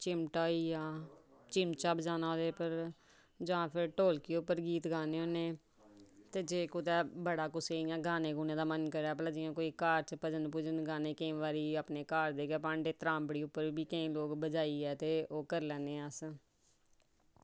चिम्मटा होइया चिम्मचा बजाना एह्दे पर जां फिर ढोलकी उप्पर गीत गाने होन्ने ते जेकर कुसै दा बड़ा गाने दा मन करै जां घर बिच्च भजन गाने केईं बारी घर दे गै भांडे केई बारी त्रांबड़ी पर बजाइयै ओह् करी लैने अस